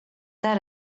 that